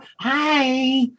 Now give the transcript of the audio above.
hi